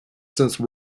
since